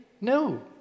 No